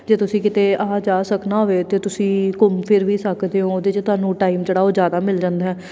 ਜੇ ਤੁਸੀਂ ਕਿਤੇ ਆ ਜਾ ਸਕਣਾ ਹੋਵੇ ਤਾਂ ਤੁਸੀਂ ਘੁੰਮ ਫਿਰ ਵੀ ਸਕਦੇ ਓਂ ਉਹਦੇ 'ਚ ਤੁਹਾਨੂੰ ਟਾਈਮ ਜਿਹੜਾ ਉਹ ਜ਼ਿਆਦਾ ਮਿਲ ਜਾਂਦਾ